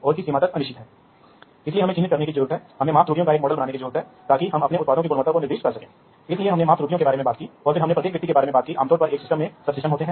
और इसलिए कुशल और विश्वसनीय उत्पादन के लिए आप सॉफ्टवेयर का उपयोग करके अपने में बहुत अधिक बुद्धिमान समन्वय रख सकते हैं